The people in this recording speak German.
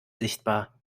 sichtbar